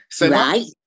Right